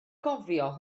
gofio